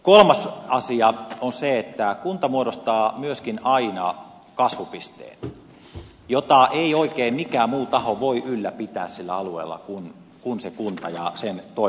kolmas asia on se että kunta muodostaa myöskin aina kasvupisteen jota ei oikein mikään muu taho voi ylläpitää sillä alueella kuin se kunta ja sen toimeliaisuus